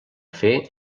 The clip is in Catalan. fer